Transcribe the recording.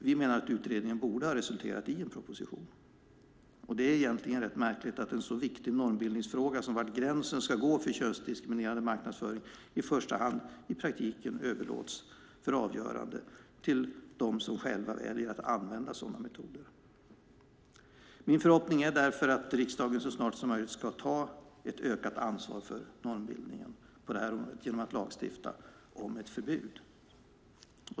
Vi menar att utredningen borde ha resulterat i en proposition. Det är egentligen rätt märkligt att en så viktig normbildningsfråga som var gränsen ska gå för könsdiskriminerande marknadsföring i praktiken överlåts för avgörande till dem som själva väljer att använda sådana metoder. Min förhoppning är därför att riksdagen så snart som möjligt ska ta ett ökat ansvar för normbildningen genom att lagstifta om ett förbud.